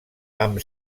amb